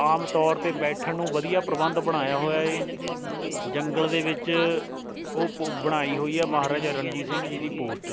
ਆਮ ਤੌਰ 'ਤੇ ਬੈਠਣ ਨੂੰ ਵਧੀਆ ਪ੍ਰਬੰਧ ਬਣਾਇਆ ਹੋਇਆ ਏ ਜੰਗਲ ਦੇ ਵਿੱਚ ਉਹ ਪ ਬਣਾਈ ਹੋਈ ਆ ਮਹਾਰਾਜਾ ਰਣਜੀਤ ਸਿੰਘ ਜੀ ਦੀ ਪੋਸਟ